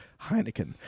Heineken